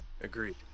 Agreed